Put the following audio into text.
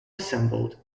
assembled